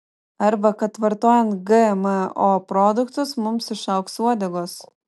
arba kad vartojant gmo produktus mums išaugs uodegos